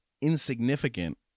insignificant